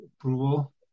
approval